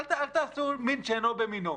אל תערבו מין בשאינו מינו.